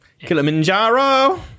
Kilimanjaro